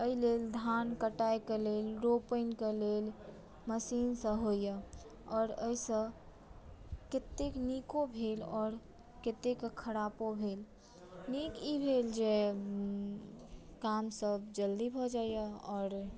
एहि लेल धान कटायकेँ लेल रोपणकेँ लेल मशीन सँ होइया आओर अहिसँ कतेक नीको भेल आओर कतेक खराबो भेल नीक ई भेल जे काम सभ जल्दी भऽ जाइया आओर